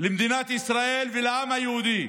למדינת ישראל ולעם היהודי,